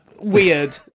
weird